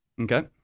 Okay